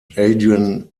adrian